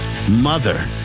Mother